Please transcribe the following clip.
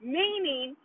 meaning